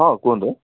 ହଁ କୁହନ୍ତୁ